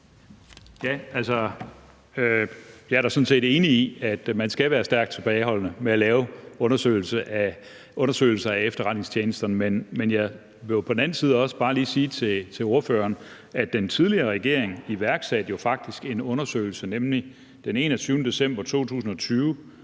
Jeg er da sådan set enig i, at man skal være stærkt tilbageholdende med at lave undersøgelser af efterretningstjenesterne, men jeg vil jo på den anden side også bare lige sige til ordføreren, at den tidligere regering faktisk iværksatte en undersøgelse, nemlig den 21. december 2020,